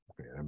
okay